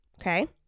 okay